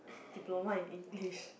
diploma in English